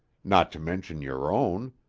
not to mention your own.